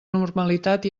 normalitat